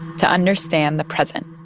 to understand the present